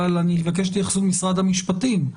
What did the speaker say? אבל אני מבקש את התייחסות משרד המשפטים.